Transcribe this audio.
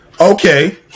Okay